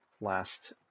last